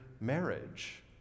marriage